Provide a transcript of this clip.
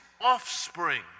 offspring